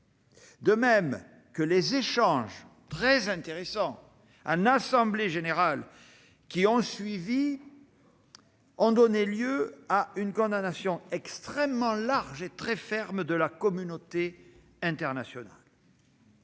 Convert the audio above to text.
de même que les échanges, très intéressants, qui ont suivi en Assemblée générale et qui ont donné lieu à une condamnation extrêmement large et ferme par la communauté internationale.